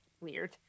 weird